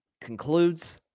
concludes